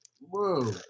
Whoa